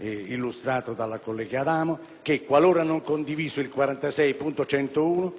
illustrato dalla collega Adamo, il quale, qualora non condiviso l'emendamento 46.101,